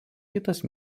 kitas